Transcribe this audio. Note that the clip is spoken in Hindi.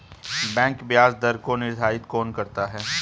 बैंक ब्याज दर को निर्धारित कौन करता है?